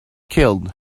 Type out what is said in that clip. killed